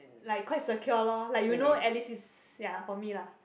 like quite secure lor like you know at least is ya for me lah